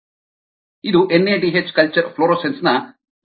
ಇದು NADH culture fluorescence ನ ಸಂಶೋಧನಾ ಪ್ರಬಂಧವಾಗಿದೆ